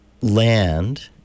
land